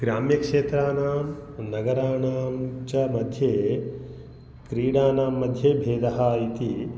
ग्राम्यक्षेत्राणां नगराणां च मध्ये क्रीडानां मध्ये भेदः इति